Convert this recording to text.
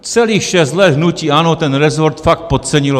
Celých šest let hnutí ANO ten resort fakt podcenilo.